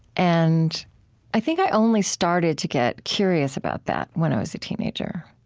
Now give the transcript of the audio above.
and i think i only started to get curious about that when i was a teenager.